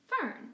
Fern